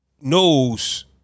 knows